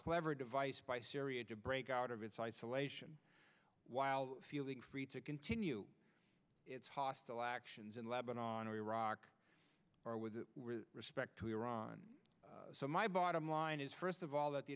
clever device by syria to break out of its isolation while feeling free to continue its hostile actions in lebanon or iraq or with respect to iran so my bottom line is first of all that the